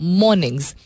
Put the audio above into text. mornings